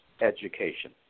education